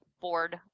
board